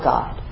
God